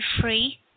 free